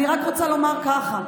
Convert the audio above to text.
אני רק רוצה לומר ככה.